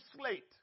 slate